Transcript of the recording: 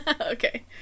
Okay